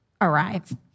arrive